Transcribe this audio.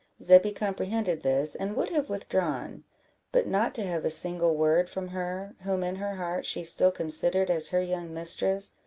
zebby comprehended this, and would have withdrawn but not to have a single word from her, whom in her heart, she still considered as her young mistress,